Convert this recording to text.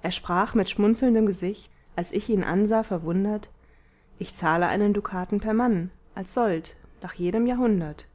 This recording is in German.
er sprach mit schmunzelndem gesicht als ich ihn ansah verwundert ich zahle einen dukaten per mann als sold nach jedem jahrhundert